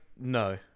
no